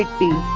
like be